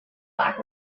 lack